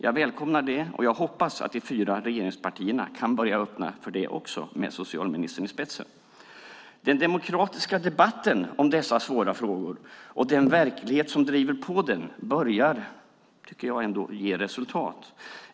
Jag välkomnar det, och jag hoppas att de fyra regeringspartierna med socialministern i spetsen också kan börja öppna för detta. Den demokratiska debatten om dessa svåra frågor och den verklighet som driver på den tycker jag ändå börjar ge resultat.